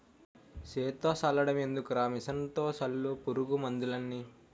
సేత్తో సల్లడం ఎందుకురా మిసన్లతో సల్లు పురుగు మందులన్నీ